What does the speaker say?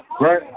Right